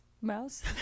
mouse